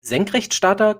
senkrechtstarter